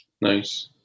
Nice